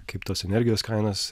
kaip tos energijos kainos